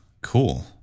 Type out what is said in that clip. Cool